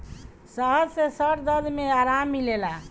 शहद से सर दर्द में आराम मिलेला